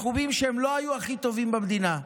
בתחומים שבהם הם לא היו הכי טובים במדינה.